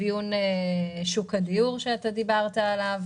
אפיון שוק הדיור שאתה דיברת עליו,